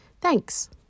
Thanks